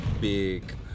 big